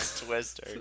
Twister